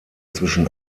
zwischen